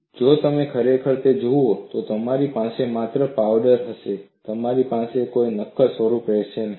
જો તમે ખરેખર તે જુઓ છો તો તમારી પાસે માત્ર પાવડર હશે તમારી પાસે કોઈ નક્કર સ્વરૂપ રહેશે નહીં